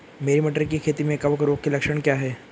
मेरी मटर की खेती में कवक रोग के लक्षण क्या हैं?